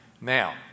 Now